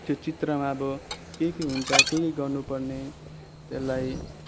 त्यो चित्रमा अब के के हुन्छ के के गर्नुपर्ने त्यसलाई